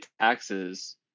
taxes